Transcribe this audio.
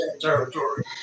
territory